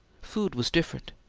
food was different.